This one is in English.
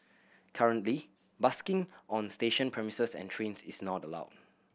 currently busking on station premises and trains is not allowed